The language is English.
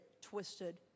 twisted